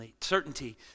certainty